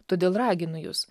todėl raginu jus